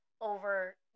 over